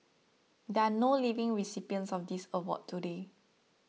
there are no living recipients of this award today